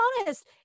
honest